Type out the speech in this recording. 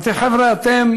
אמרתי: חבר'ה, אתם